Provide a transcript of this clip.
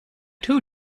two